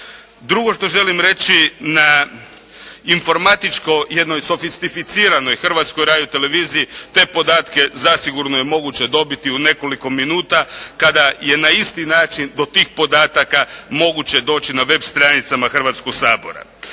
Drugo što želim reći, na informatičko jednoj sofisticiranoj Hrvatskoj radioteleviziji te podatke zasigurno je moguće dobiti u nekoliko minuta kada je na isti način do tih podataka moguće doći na web. stranicama Hrvatskog sabora.